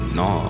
no